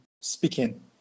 speaking